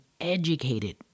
educated